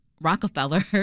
Rockefeller